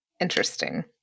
interesting